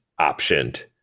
optioned